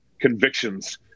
convictions